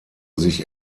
sich